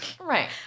Right